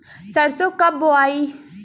सरसो कब बोआई?